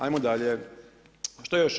Ajmo dalje, što još?